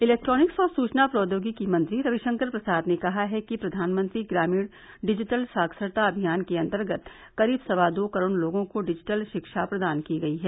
electronics और सूचना प्रौद्योगिकी मंत्री रविशंकर प्रसाद ने कहा है कि प्रधानमंत्री ग्रामीण डिजिटल साक्षरता अभियान के अंतर्गत करीब सवा दो करोड़ लोगों को डिजिटल रिक्षा प्रदान की गई है